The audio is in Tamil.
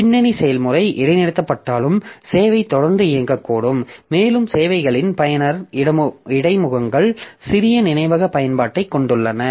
பின்னணி செயல்முறை இடைநிறுத்தப்பட்டாலும் சேவை தொடர்ந்து இயங்கக்கூடும் மேலும் சேவைகளில் பயனர் இடைமுகங்கள் சிறிய நினைவக பயன்பாட்டைக் கொண்டுள்ளன